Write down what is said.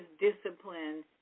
discipline